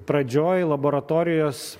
pradžioj laboratorijos